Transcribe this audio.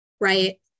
right